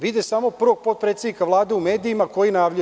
Vide samo prvog potpredsednika Vlade u medijima koji najavljuje.